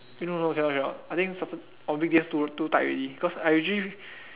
no no no cannot cannot I think satur~ on weekdays too too tight already because I usually